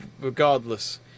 regardless